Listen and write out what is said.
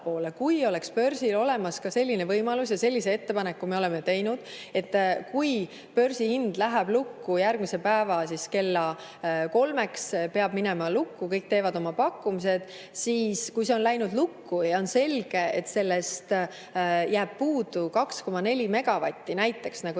kui oleks börsil olemas ka selline võimalus. Ja sellise ettepaneku me oleme teinud, et kui börsihind läheb lukku – järgmise päeva kella kolmeks peab minema lukku, kõik teevad oma pakkumised – ja on selge, et sellest jääb puudu 2,4 megavatti näiteks, nagu